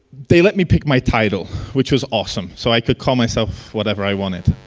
they let me pick my title. which was awesome, so i could call myself whatever i wanted.